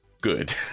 good